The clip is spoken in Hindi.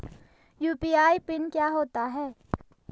यु.पी.आई पिन क्या होता है?